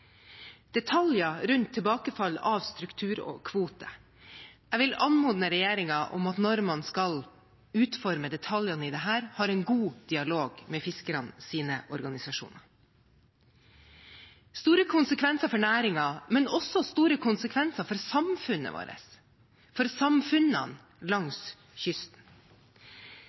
detaljer rundt tilbakefall av strukturkvoter. Jeg vil anmode regjeringen om at man har en god dialog med fiskernes organisasjoner når man skal utforme detaljene i dette. Dette har store konsekvenser for næringen, men også store konsekvenser for samfunnene våre, for samfunnene langs kysten